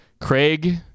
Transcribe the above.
Craig